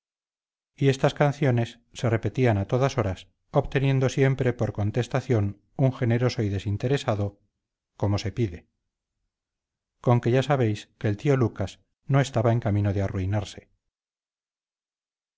y estas canciones se repetían a todas horas obteniendo siempre por contestación un generoso y desinteresado como se pide conque ya veis que el tío lucas no estaba en camino de